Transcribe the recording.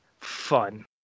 fun